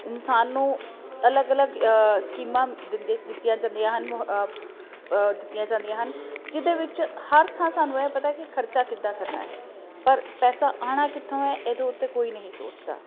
ਇਨਸਾਨ ਨੂੰ ਅਲੱਗ ਅਲੱਗ ਸਕੀਮਾਂ ਦਿੰਦੇ ਦਿੱਤੀਆਂ ਜਾਂਦੀਆਂ ਹਨ ਅ ਦਿੱਤੀਆਂ ਜਾਂਦੀਆਂ ਹਨ ਜਿਹਦੇ ਵਿੱਚ ਹਰ ਥਾਂ ਸਾਨੂੰ ਇਹ ਪਤਾ ਕਿ ਖਰਚਾ ਕਿੱਦਾਂ ਕਰਨਾ ਹੈ ਪਰ ਪੈਸਾ ਆਉਣਾ ਕਿੱਥੋਂ ਹੈ ਇਹਦੇ ਉੱਤੇ ਕੋਈ ਨਹੀਂ ਸੋਚਦਾ